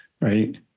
right